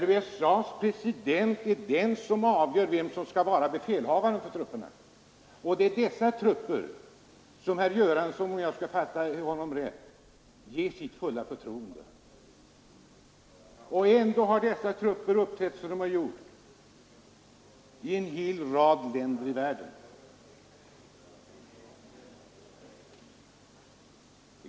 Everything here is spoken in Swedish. USA:s president är den som avgör vem som skall vara befälhavare för trupperna. Och det är dessa trupper som herr Göransson, om jag fattade honom rätt, ger sitt fulla förtroende, trots att dessa trupper uppträtt som de gjort i en hel rad länder i världen.